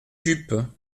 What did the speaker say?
jupes